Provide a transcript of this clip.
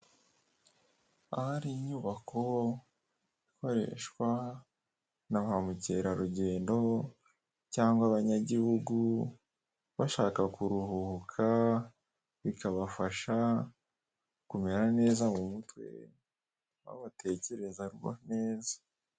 Ahari inyubako ikoreshwa na ba mukerarugendo cyangwa abanyagihugu bashaka kuruhuka bikabafasha kumera neza mu mutwe aho batekereza neza.